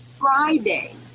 Friday